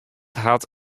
hat